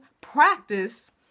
practice